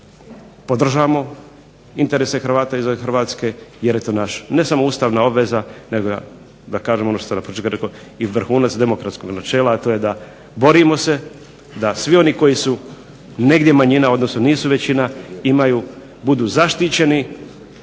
podržimo interese Hrvata izvan Hrvatske jer je to naša ne samo ustavna obveza nego da kažem ono što sam na početku rekao, i vrhunac demokratskog načela a to je da borimo se da svi oni koji su negdje manjina odnosno nisu većina budu zaštićeni,